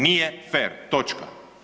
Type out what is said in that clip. Nije fer, točka.